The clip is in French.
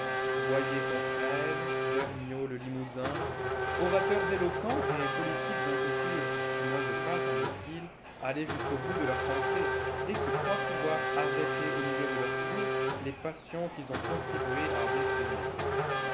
boyer fonfrède vergniaud le limousin orateurs éloquents et politiques impétueux qui n'osent pas semble-t-il aller jusqu'au bout de leur pensée et qui croient pouvoir arrêter au milieu de leur cours les passions qu'ils ont contribué à déchaîner